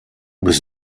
was